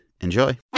Enjoy